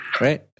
Right